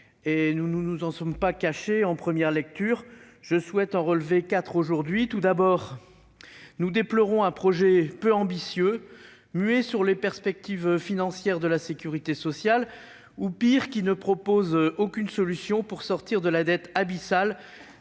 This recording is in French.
nous ne nous en sommes pas cachés en première lecture. Je souhaite en relever quatre aujourd'hui. Tout d'abord, nous déplorons un projet peu ambitieux, muet sur les perspectives financières de la sécurité sociale, et, pire encore, qui ne propose aucune solution pour sortir de la dette abyssale